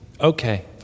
Okay